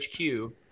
hq